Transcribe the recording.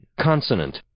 Consonant